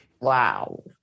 Wow